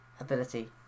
Ability